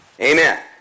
Amen